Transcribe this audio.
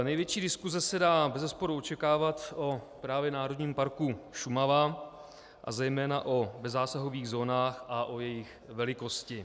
Největší diskuse se dá bezesporu očekávat o právě Národním parku Šumava a zejména o bezzásahových zónách a o jejich velikosti.